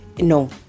No